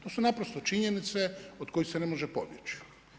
To su naprosto činjenice od kojih se ne može pobjeći.